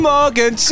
Morgan